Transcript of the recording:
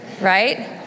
right